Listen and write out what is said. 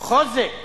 חוזק